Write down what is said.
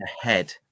ahead